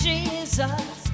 Jesus